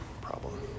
problem